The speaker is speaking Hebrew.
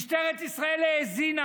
משטרת ישראל האזינה,